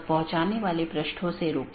BGP के साथ ये चार प्रकार के पैकेट हैं